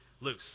loose